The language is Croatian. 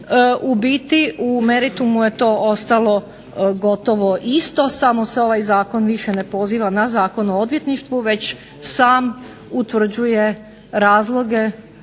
u biti u meritumu je to ostalo gotovo isto, samo se ovaj zakon više ne poziva na Zakon o odvjetništvu, već sam utvrđuje razloge